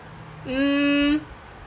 mm